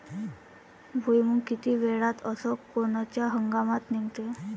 भुईमुंग किती वेळात अस कोनच्या हंगामात निगते?